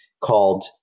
called